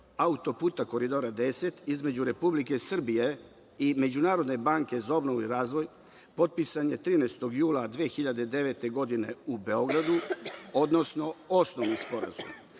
autoputa Koridora 10, između Republike Srbije i Međunarodne banke za obnovu i razvoj, potpisan je 13. jula 2009. godine u Beogradu, odnosno osnovni sporazum,